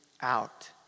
out